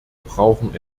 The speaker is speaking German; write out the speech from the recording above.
brauchen